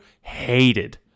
hated